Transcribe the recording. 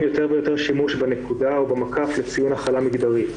יותר ויותר שימוש בנקודה או במקף לציון הכלה מגדרית,